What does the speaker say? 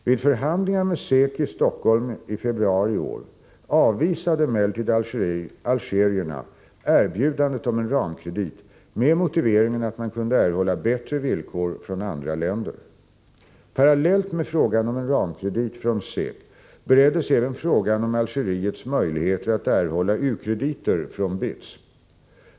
Vid förhandlingar med SEK i Stockholm i februari i år avvisade emellertid algerierna erbjudandet om en ramkredit med motiveringen att man kunde erhålla bättre villkor från andra länder. Parallellt med frågan om en ramkredit från SEK bereddes även frågan om Algeriets möjligheter att erhålla u-krediter från BITS.